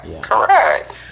Correct